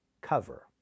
cover